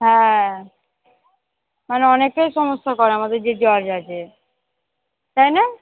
হ্যাঁ মানে অনেকের সমস্যা করে আমাদের যে জজ আছে তাই না